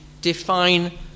define